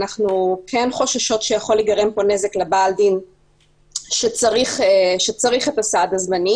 אנו כן חוששות שיכול להיגרם פה נזק לבעל הדין שצריך את הסעד הזמני